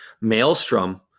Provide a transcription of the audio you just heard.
maelstrom